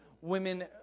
women